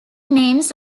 names